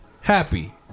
Happy